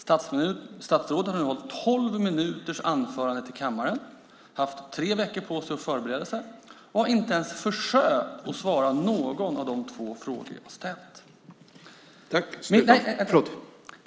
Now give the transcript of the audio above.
Statsrådet har nu hållit tolv minuters anföranden i kammaren och haft tre veckor på sig att förbereda sig, och hon har inte ens försökt att besvara någon av de två frågor som jag har ställt.